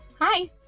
Hi